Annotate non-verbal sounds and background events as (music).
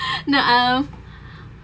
(laughs) no um